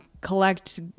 collect